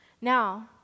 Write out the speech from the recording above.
Now